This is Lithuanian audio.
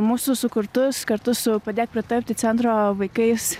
mūsų sukurtus kartu su padėk pritapti centro vaikais